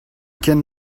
ken